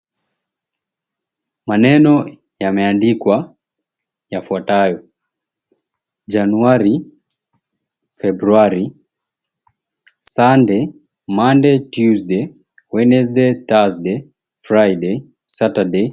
Maneno yameandikwa yafuatayo, January, February, Sunday, Monday, Tuesday, Wednesday, Thursday, Friday, Saturday.